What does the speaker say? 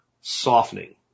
softening